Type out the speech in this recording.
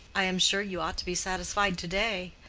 i am sure you ought to be satisfied to-day.